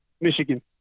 Michigan